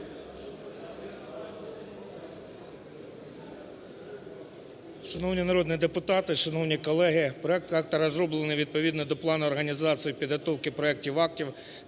Шановні народні депутати, шановні колеги, проект розроблений відповідно до плану організації підготовки проектів актів,